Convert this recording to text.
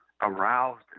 aroused